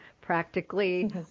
practically